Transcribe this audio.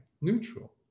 neutral